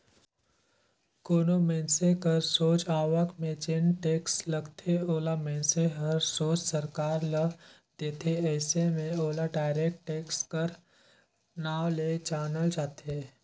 कोनो मइनसे कर सोझ आवक में जेन टेक्स लगथे ओला मइनसे हर सोझ सरकार ल देथे अइसे में ओला डायरेक्ट टेक्स कर नांव ले जानल जाथे